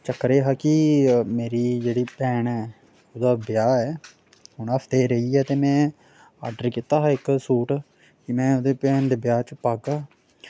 चक्कर एह् हा की मेरी जेह्ड़ी भैन ऐ ओह्दा ब्याह् ऐ ते हून हफ्ते ई रेही गेआ ते में ऑर्डर कीता हा इक सूट कि में ओह्दे भैन दे ब्याह् च पागा